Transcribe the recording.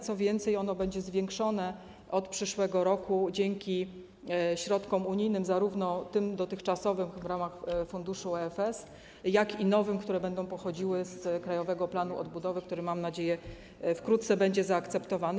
Co więcej, ono będzie zwiększone od przyszłego roku dzięki środkom unijnym, zarówno tym dotychczasowym w ramach funduszu EFS, jak i nowym, które będą pochodziły z Krajowego Planu Odbudowy, który - mam nadzieję - wkrótce będzie zaakceptowany.